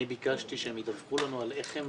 ביקשתי שהם ידווחו לנו איך הם